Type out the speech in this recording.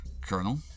Colonel